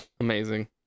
Amazing